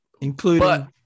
including